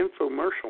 infomercial